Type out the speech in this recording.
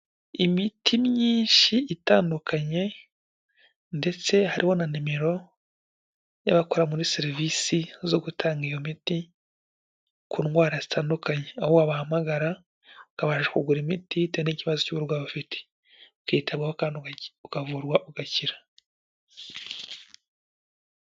Imiti myinshi itandukanye ndetse harimo na nimero y'abakora muri serivisi zo gutanga iyo miti ku ndwara zitandukanye, aho wabahamagara ukabasha kugura imiti bitewe n'ikibazo cy'uburwayi ufite kikitabwaho kandi ukavurwa ugakira.